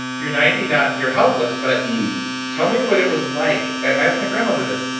you're ninety, not you're helpless, but tell me what it was like. i asked my grandmother this,